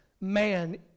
man